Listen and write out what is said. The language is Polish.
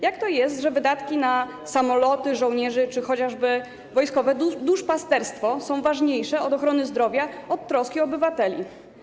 Jak to jest, że wydatki na samoloty, żołnierzy czy chociażby wojskowe duszpasterstwo są ważniejsze od ochrony zdrowia, od troski o obywateli?